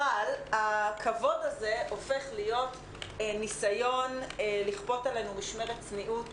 אבל הכבוד הזה הופך להיות ניסיון לכפות עלינו משמרת צניעות